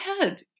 ahead